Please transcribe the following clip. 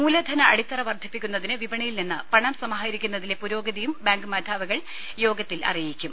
മൂലധന അടി ത്തറ വർദ്ധിപ്പിക്കുന്നതിന് വിപണിയിൽനിന്ന് പണം സമാഹരിക്കുന്നതിലെ പുരോഗതിയും ബാങ്കുമേധാവികൾ യോഗത്തിൽ അറിയിക്കും